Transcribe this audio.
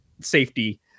safety